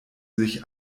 sich